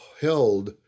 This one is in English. held